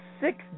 Six